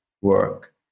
work